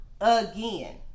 again